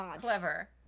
Clever